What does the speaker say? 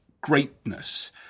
greatness